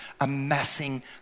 amassing